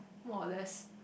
more or less